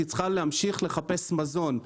היא צריכה להמשיך לחפש מזון.